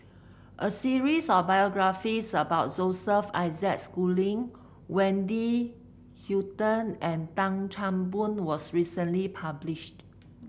a series of biographies about Joseph Isaac Schooling Wendy Hutton and Tan Chan Boon was recently published